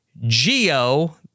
Geo